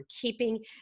keeping